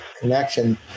connection